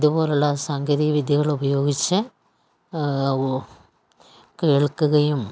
ഇതുപോലുള്ള സാങ്കേതികവിദ്യകളുപയോഗിച്ച് അവ കേൾക്കുകയും